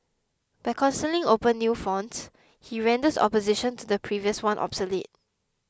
by constantly opening new fronts he renders opposition to the previous one obsolete